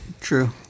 True